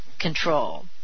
control